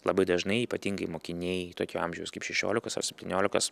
labai dažnai ypatingai mokiniai tokio amžiaus kaip šešiolikos ar septyniolikos